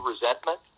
resentment